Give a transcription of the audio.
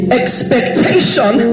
expectation